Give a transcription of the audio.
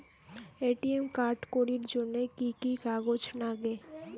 ATM card করির জন্যে কি কি কাগজ নাগে?